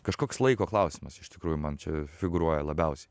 kažkoks laiko klausimas iš tikrųjų man čia figūruoja labiausiai